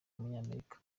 umunyamerika